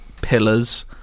pillars